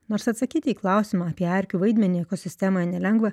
nors atsakyti į klausimą apie erkių vaidmenį ekosistemoje nelengva